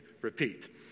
repeat